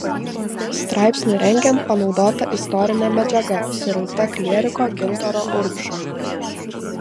straipsnį rengiant panaudota istorinė medžiaga surinkta klieriko gintaro urbšo